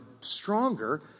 stronger